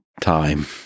time